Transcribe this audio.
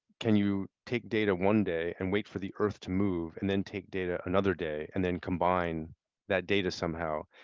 can you take data one day and wait for the earth to move and then take data another day and then combine that data somehow?